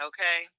Okay